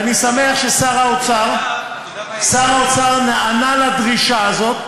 ואני שמח ששר האוצר נענה לדרישה הזאת,